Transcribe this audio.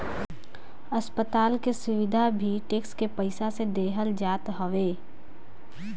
अस्पताल के सुविधा भी टेक्स के पईसा से देहल जात हवे